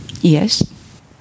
Yes